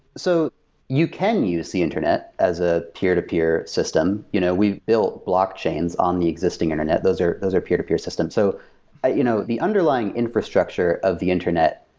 so you can use the internet as a peer-to-peer system. you know we've built blockchains on the existing internet. those are those are peer-to-peer systems. so ah you know the underlying infrastructure of the internet,